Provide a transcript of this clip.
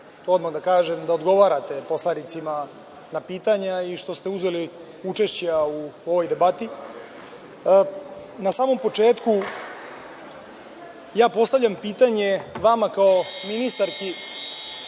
odmah da kažem, da odgovarate poslanicima na pitanja i što ste uzeli učešća u ovoj debati. Na samom početku postavljam pitanje vama kao ministarki